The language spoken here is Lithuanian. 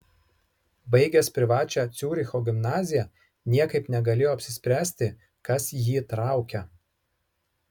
baigęs privačią ciuricho gimnaziją niekaip negalėjo apsispręsti kas jį traukia